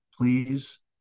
please